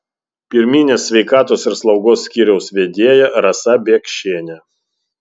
pirminės sveikatos ir slaugos skyriaus vedėja rasa biekšienė